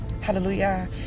hallelujah